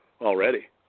already